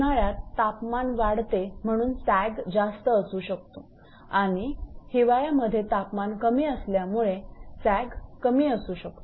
उन्हाळ्यात तापमान वाढते म्हणून सॅग जास्त असू शकतो आणि हिवाळ्यामध्ये तापमान कमी असल्यामुळे सॅग कमी असू शकतो